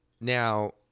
now